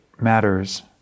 matters